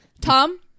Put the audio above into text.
tom